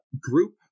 group